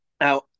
Now